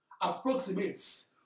approximates